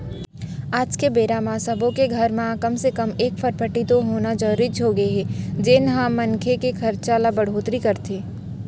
आज के बेरा म सब्बो के घर म कम से कम एक फटफटी के होना तो जरूरीच होगे हे जेन ह मनखे के खरचा म बड़होत्तरी करथे